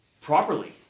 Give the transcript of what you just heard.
properly